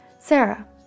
Sarah